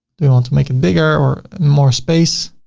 do we want to make it bigger or more space?